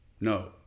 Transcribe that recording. no